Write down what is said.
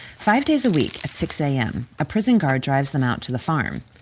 five days a week, at six a m, a prison guard drives them out to the farm.